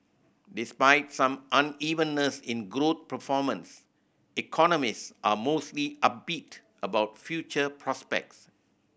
despite some unevenness in growth performance economist are mostly upbeat about future prospects